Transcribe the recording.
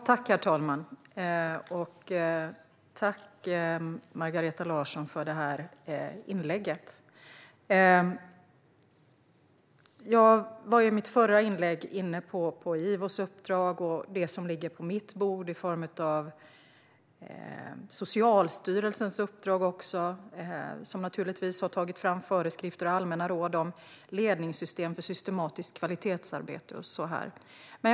Herr talman! Tack, Margareta Larsson, för inlägget! Jag var i mitt förra inlägg inne på IVO:s uppdrag och det som ligger på mitt bord. Det gäller också Socialstyrelsens uppdrag. Den har tagit fram föreskrifter och allmänna råd om ledningssystem för systematiskt kvalitetsarbete och sådant.